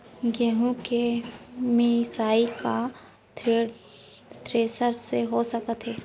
गेहूँ के मिसाई का थ्रेसर से हो सकत हे?